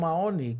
ביום העוני,